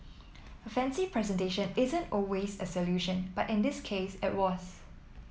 a fancy presentation isn't always a solution but in this case it was